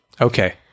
okay